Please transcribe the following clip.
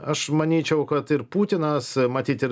aš manyčiau kad ir putinas matyt ir